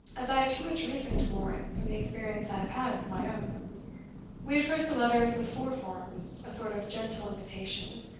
as i have too much reason to warrant from the experience i have had with my own we had first the letters of four forms, a sort of gentle invitation,